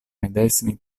medesimi